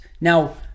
Now